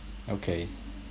okay